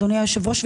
אדוני היושב-ראש,